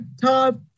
top